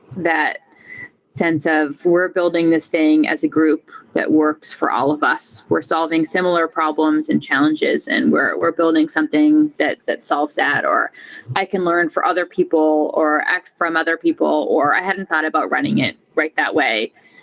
that sense of we're building this thing as a group that works for all of us. we're solving similar problems and challenges and we're we're building something that that solves that, or i can learn for other people, or act from other people, or i hadn't thought about running it that way.